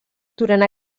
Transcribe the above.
durant